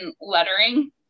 lettering